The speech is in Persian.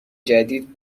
جدید